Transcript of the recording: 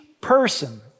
person